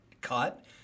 cut